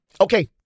Okay